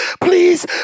please